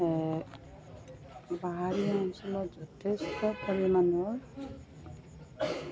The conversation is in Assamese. পাহাৰীয়া অঞ্চলত যথেষ্ট পৰিমাণৰ